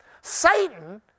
Satan